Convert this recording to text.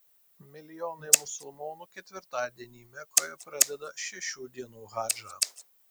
milijonai musulmonų ketvirtadienį mekoje pradeda šešių dienų hadžą